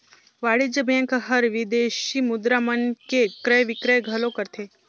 वाणिज्य बेंक हर विदेसी मुद्रा मन के क्रय बिक्रय घलो करथे